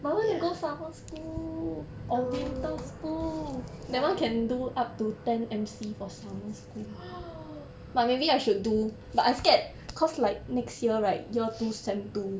oh oh